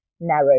narrow